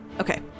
Okay